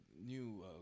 new